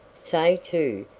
say, too,